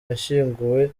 nk’intwari